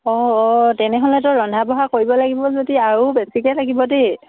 অঁ অঁ তেনেহ'লেতো ৰন্ধা বঢ়া কৰিব লাগিব যদি আৰু বেছিকৈ লাগিব দেই